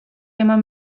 eman